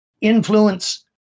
influence